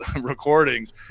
recordings